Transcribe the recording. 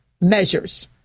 measures